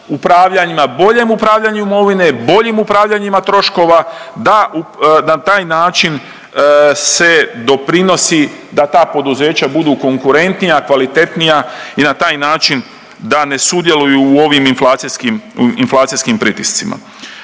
boljem upravljanjem imovine, boljim upravljanjima troškovima da na taj način se doprinosi da ta poduzeća budu konkurentnija, kvalitetnija i na taj način da ne sudjeluju u ovim inflacijskim, inflacijskim